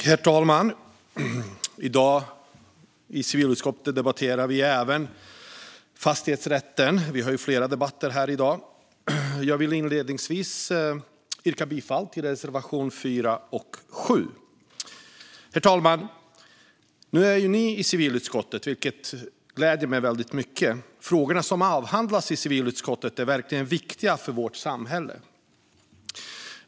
Herr talman! I dag debatterar vi i civilutskottet även fastighetsrätten; vi har ju flera debatter här i dag. Jag vill inledningsvis yrka bifall till reservationerna 4 och 7. Herr talman! Jag är ny i civilutskottet, vilket gläder mig väldigt mycket. De frågor som avhandlas i civilutskottet är verkligen viktiga för vårt samhälle.